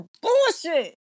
bullshit